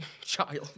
child